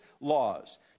laws